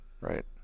Right